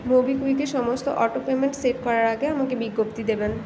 মোবিকুইকে সমস্ত auto payment set করার আগে আমাকে বিজ্ঞপ্তি দেবেন